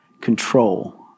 control